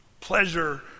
pleasure